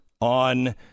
on